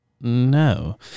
no